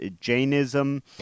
Jainism